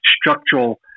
structural